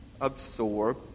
absorb